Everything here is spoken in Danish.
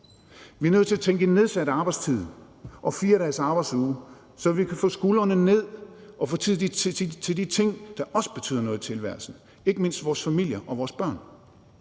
Vi er nødt til at tænke i nedsat arbejdstid og 4 dages arbejdsuge, så vi kan få skuldrene ned og få tid til de ting, der også betyder noget i tilværelsen, ikke mindst vores familier og vores børn,